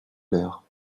l’heure